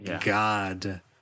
God